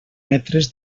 metres